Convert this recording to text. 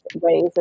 ways